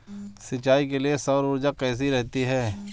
सिंचाई के लिए सौर ऊर्जा कैसी रहती है?